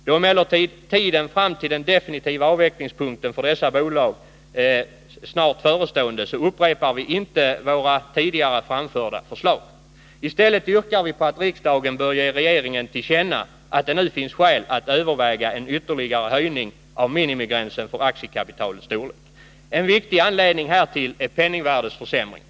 Då emellertid tiden fram till den definitiva avvecklingspunkten för dessa bolag är mycket kort, upprepar vi inte våra tidigare framförda förslag. I stället yrkar vi på att riksdagen bör ge regeringen till känna att det finns skäl att överväga en ytterligare höjning av minimigränsen för aktiekapitalets storlek. En viktig anledning härtill är penningvärdeförsämringen.